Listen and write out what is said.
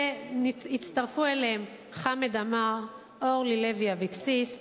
והצטרפו אליהם חמד עמאר, אורלי לוי אבקסיס,